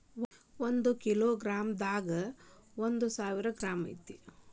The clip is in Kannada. ಒಂದ ಕಿಲೋ ಗ್ರಾಂ ದಾಗ ಒಂದ ಸಾವಿರ ಗ್ರಾಂ ಐತಿ